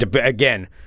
again